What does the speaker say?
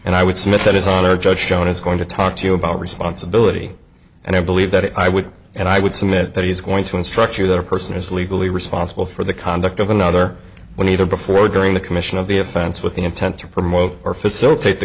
and i would submit that his honor judge joan is going to talk to you about responsibility and i believe that i would and i would submit that he's going to instruct you that a person is legally responsible for the conduct of another when either before or during the commission of the offense with the intent to promote or facilitate the